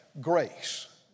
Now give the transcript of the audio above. grace